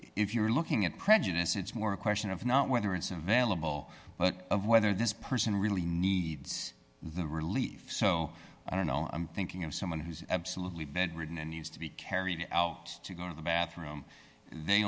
if you're looking at prejudice it's more a question of not whether it's available but of whether this person really needs the relief so i don't know i'm thinking of someone who's absolutely bedridden and used to be carried out to go to the bathroom they